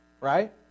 right